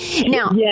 Now